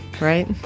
right